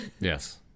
Yes